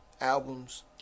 albums